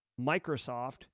Microsoft